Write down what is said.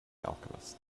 alchemist